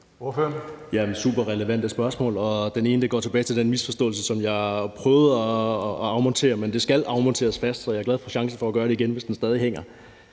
superrelevante spørgsmål. Det ene går tilbage til den misforståelse, jeg prøvede at afmontere, men det skal afmonteres, så jeg er glad for chancen for at gøre det igen, hvis den misforståelse